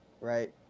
right